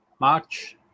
March